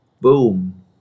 Boom